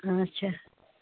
اچھا